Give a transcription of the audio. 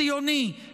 כציוני,